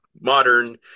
modern